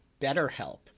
BetterHelp